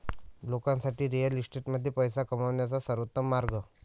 लोकांसाठी रिअल इस्टेटमध्ये पैसे कमवण्याचा सर्वोत्तम मार्ग